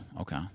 Okay